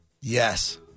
Yes